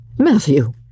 Matthew